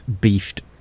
beefed